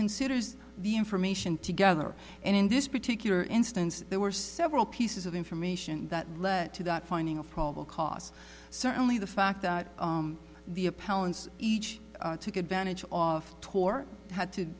considers the information together and in this particular instance there were several pieces of information that led to that finding of probable cause certainly the fact that the appellant's each took advantage of tor had to